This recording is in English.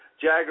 Jagger